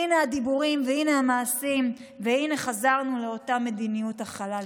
הינה הדיבורים והינה המעשים והינה חזרנו לאותה מדיניות הכלה,